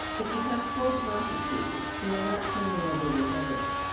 if you have four prosecutors who are not turning over this evidence,